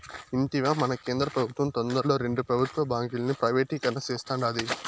ఇంటివా, మన కేంద్ర పెబుత్వం తొందరలో రెండు పెబుత్వ బాంకీలను ప్రైవేటీకరణ సేస్తాండాది